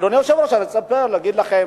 אדוני היושב-ראש, אני רוצה להגיד לכם,